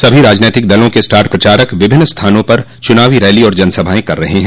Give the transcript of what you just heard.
सभी राजनीतिक दलों के स्टार प्रचारक विभिन्न स्थानों पर चुनावी रैली और जनसभाएं कर रहे हैं